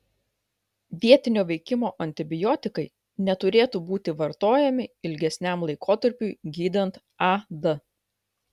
vietinio veikimo antibiotikai neturėtų būti vartojami ilgesniam laikotarpiui gydant ad